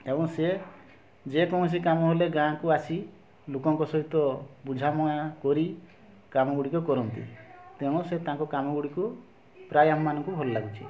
ଏବଂ ସେ ଯେକୌଣସି କାମ ହେଲେ ଗାଁ କୁ ଆସି ଲୋକଙ୍କ ସହିତ ବୁଝାମଣା କରି କାମ ଗୁଡ଼ିକ କରନ୍ତି ତେଣୁ ସେ ତାଙ୍କ କାମ ଗୁଡ଼ିକୁ ପ୍ରାୟ ଆମ ମାନଙ୍କୁ ଭଲ ଲାଗୁଛି